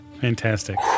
Fantastic